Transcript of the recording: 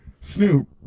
Snoop